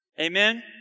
Amen